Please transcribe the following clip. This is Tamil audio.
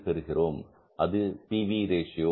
அது பி வி ரேஷியோ